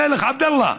המלך עבדאללה,